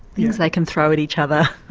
things they can throw at each other.